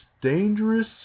dangerous